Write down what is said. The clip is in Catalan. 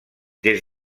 des